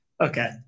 Okay